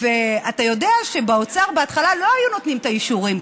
אתה יודע שבאוצר בהתחלה לא היו נותנים את האישורים.